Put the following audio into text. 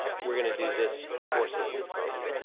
we're gonna do this before citizens comment,